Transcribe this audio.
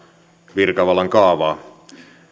virkavalan kaavaa